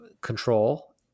control